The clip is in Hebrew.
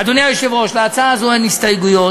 אדוני היושב-ראש, להצעה הזאת אין הסתייגויות,